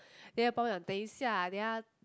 then 我爸爸讲等一下